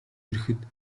ирэхэд